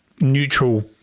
neutral